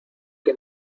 que